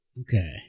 Okay